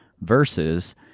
versus